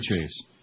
chase